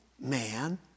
Man